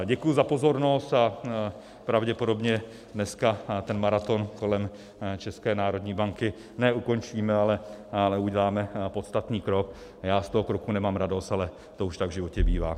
Děkuji za pozornost a pravděpodobně dneska ten maraton kolem České národní banky ne ukončíme, ale uděláme podstatný krok, a já z toho kroku nemám radost, ale to už tak v životě bývá.